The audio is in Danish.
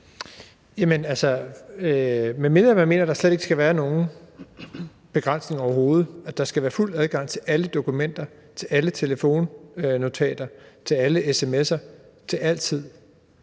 Jamen altså, hvis man mener, at der slet ikke skal være nogen begrænsning overhovedet – at der skal være fuld adgang til alle dokumenter, til alle telefonnotater og til alle sms'er til al tid